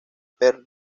perry